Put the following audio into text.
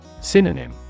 Synonym